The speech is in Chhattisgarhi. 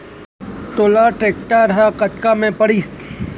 तोला टेक्टर ह कतका म पड़िस?